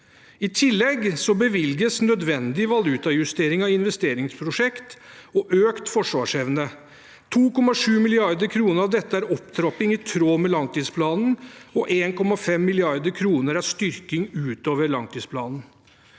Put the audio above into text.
I tillegg bevilges nødvendig valutajustering av investeringsprosjekt og økt forsvarsevne. Av dette er 2,7 mrd. kr opptrapping i tråd med langtidsplanen og 1,5 mrd. kr styrking utover langtidsplanen.